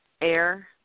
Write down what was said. air